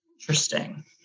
Interesting